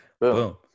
boom